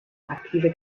aktive